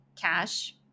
cash